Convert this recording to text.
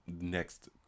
next